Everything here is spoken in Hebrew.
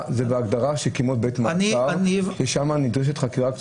זה בהגדרה כמו בית מעצר ששם נדרשת חקירה.